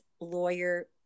lawyer